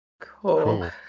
cool